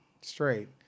straight